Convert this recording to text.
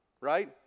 right